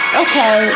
okay